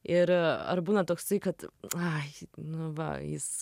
ir ar būna toksai kad ai nu va jis